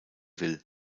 will